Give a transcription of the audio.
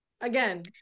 Again